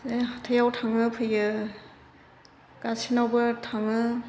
बे हाथायाव थांङो फैयो गासैनावबो थांङो